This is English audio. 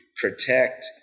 protect